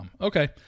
Okay